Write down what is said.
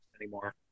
anymore